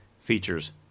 features